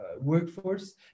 workforce